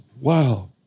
Wow